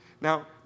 Now